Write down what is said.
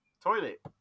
toilet